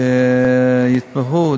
שיתמכו.